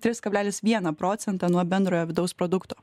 tris kablelis vieną procento nuo bendrojo vidaus produkto